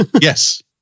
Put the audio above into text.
Yes